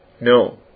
no